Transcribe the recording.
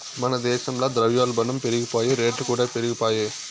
మన దేశంల ద్రవ్యోల్బనం పెరిగిపాయె, రేట్లుకూడా పెరిగిపాయె